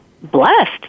Blessed